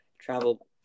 travel